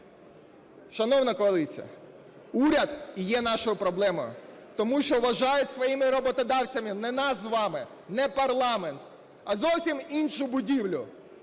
Шановна коаліція, уряд і є нашою проблемою, тому вважають своїми роботодавцями не нас з вами, не парламент, а зовсім іншу будівлю